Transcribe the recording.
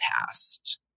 past